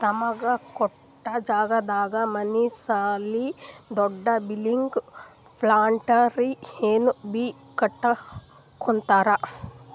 ತಮಗ ಕೊಟ್ಟ್ ಜಾಗದಾಗ್ ಮನಿ ಸಾಲಿ ದೊಡ್ದು ಬಿಲ್ಡಿಂಗ್ ಫ್ಯಾಕ್ಟರಿ ಏನ್ ಬೀ ಕಟ್ಟಕೊತ್ತರ್